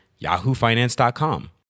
yahoofinance.com